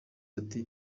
ati